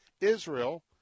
Israel